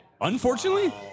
Unfortunately